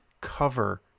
cover